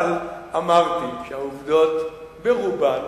אבל אמרתי שהעובדות ברובן